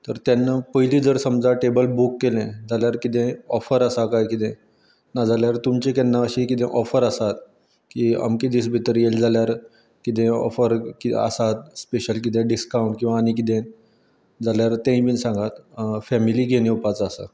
तर तेन्ना पयलीं जर समजा टेबल बूक केलें जाल्यार कितें ऑफर आसा कांय कितें नाजाल्यार तुमचें कितें अशीं कितें ऑफर आसात की अमक्या दिसां भितर येयलें जाल्यार कितें ऑफर कितें आसात जाल्यार स्पेशल कितें डिस्कांउंन्ट किंवां आनी कितें जाल्यार तेंय बी सांगात फेमिली घेवन येवपाचो आसा